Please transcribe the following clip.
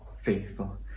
faithful